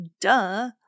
Duh